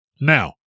Now